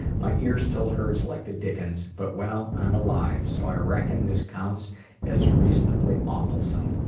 my ear still hurts like the dickens, but well, i'm alive, so i reckon this counts as reasonably awfulsome.